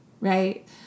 Right